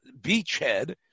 beachhead